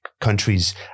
countries